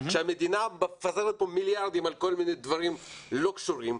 כשהמדינה מפזרת פה מיליארדים על כל מיני דברים לא קשורים,